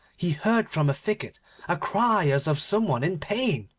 he heard from a thicket a cry as of some one in pain.